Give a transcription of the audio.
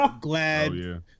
Glad